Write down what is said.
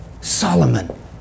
Solomon